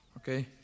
Okay